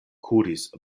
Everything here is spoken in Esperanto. kuris